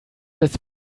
jetzt